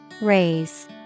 Raise